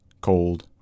cold